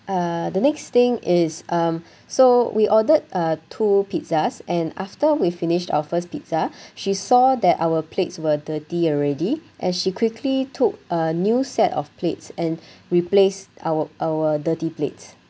uh the next thing is um so we ordered uh two pizzas and after we finished our first pizza she saw that our plates were dirty already and she quickly took a new set of plates and replace our our dirty plates